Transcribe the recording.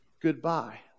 goodbye